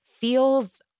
feels